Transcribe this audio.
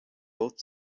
both